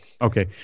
Okay